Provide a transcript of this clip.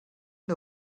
der